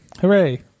Hooray